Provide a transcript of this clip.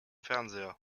fernseher